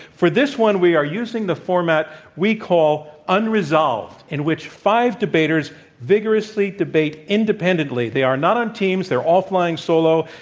for this one we are using the format we call unresolved, in which five debaters vigorously debate independently. they are not on teams they're all flying solo,